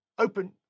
open